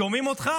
שומעים אותך